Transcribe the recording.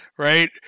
Right